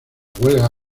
huelga